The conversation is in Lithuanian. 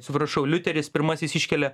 atsiprašau liuteris pirmasis iškelia